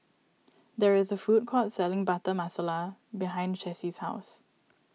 there is a food court selling Butter Masala behind Chessie's house